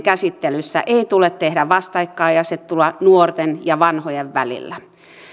käsittelyssä ei tule tehdä vastakkainasettelua nuorten ja vanhojen välillä